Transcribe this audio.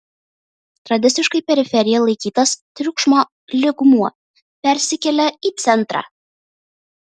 tradiciškai periferija laikytas triukšmo lygmuo persikelia į centrą